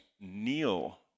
kneel